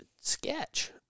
sketch